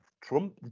Trump